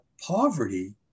poverty